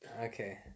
Okay